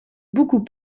beaucoup